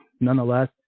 Nonetheless